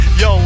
yo